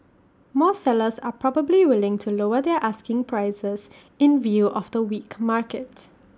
more sellers are probably willing to lower their asking prices in view of the weak market